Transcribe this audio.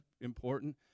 important